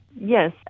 Yes